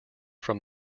from